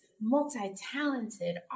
multi-talented